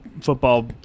football